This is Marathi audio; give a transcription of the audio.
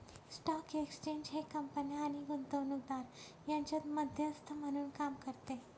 स्टॉक एक्सचेंज हे कंपन्या आणि गुंतवणूकदार यांच्यात मध्यस्थ म्हणून काम करते